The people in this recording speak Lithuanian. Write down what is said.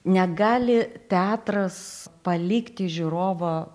negali teatras palikti žiūrovo